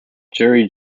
gerry